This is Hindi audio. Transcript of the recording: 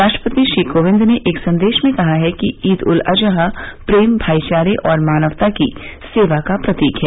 राष्ट्रपति श्री कोविंद ने एक संदेश में कहा है कि ईद उल अजहा प्रेम भाईचारे और मानवता की सेवा का प्रतीक है